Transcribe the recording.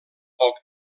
poc